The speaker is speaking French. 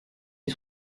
est